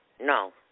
No